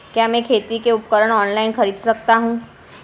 क्या मैं खेती के उपकरण ऑनलाइन खरीद सकता हूँ?